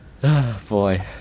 Boy